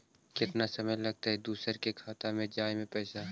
केतना समय लगतैय दुसर के खाता में जाय में पैसा?